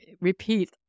repeat